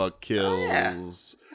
Kills